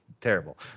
terrible